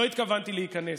לא התכוונתי להיכנס.